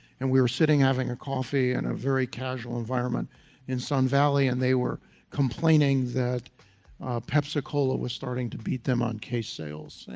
and we were sitting having a coffee and a very casual environment in sun valley, and they were complaining that pepsi-cola was starting to beat them on case sales,